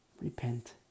Repent